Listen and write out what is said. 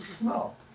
no